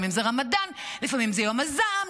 לפעמים זה רמדאן,